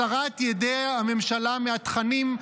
הסרת ידי הממשלה מהתכנים,